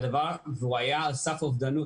הוא היה על סף אובדנות.